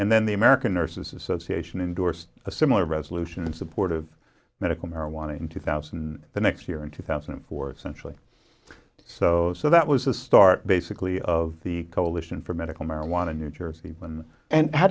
and then the american nurses association endorsed a similar resolution in support of medical marijuana in two thousand the next year in two thousand and four essentially so so that was a start basically of the coalition for medical marijuana new jersey when and how